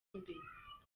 imbere